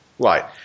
Right